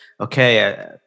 okay